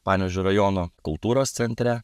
panevėžio rajono kultūros centre